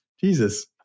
Jesus